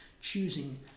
choosing